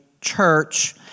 church